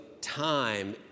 time